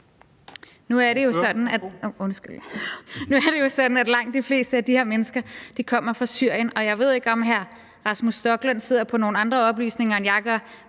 Nu er det jo sådan, at langt de fleste af de her mennesker kommer fra Syrien. Og jeg ved ikke, om hr. Rasmus Stoklund sidder med nogle andre oplysninger, end jeg